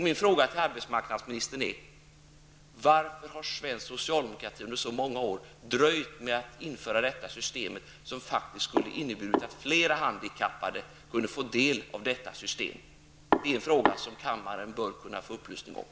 Min fråga till arbetsmarknadsministern är: Varför har svensk socialdemokrati under så många år dröjt med att införa detta system, som faktiskt skulle ha inneburit att flera handikappade kunnat få del av detta stöd? Det är en fråga som kammaren bör kunna få svar på.